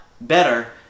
better